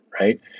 right